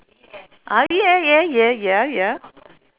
ah yeah yeah yeah ya ya